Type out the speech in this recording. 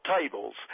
tables